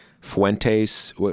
Fuentes